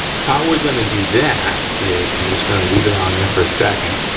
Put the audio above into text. how we're gonna do that is i'm just gonna leave it on there for a second.